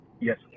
Yes